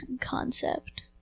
concept